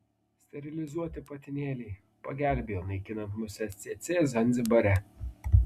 sterilizuoti patinėliai pagelbėjo naikinant muses cėcė zanzibare